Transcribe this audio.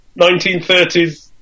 1930s